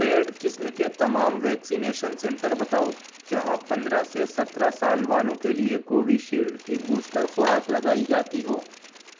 paid قسم کے تمام ویکسینیشن سنٹر بتاؤ جہاں پندرہ سے سترہ سال والوں کے لیے کووشیلڈ کی بوسٹر خوراک لگائی جاتی ہو